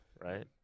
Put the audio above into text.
Right